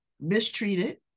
mistreated